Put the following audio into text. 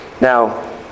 Now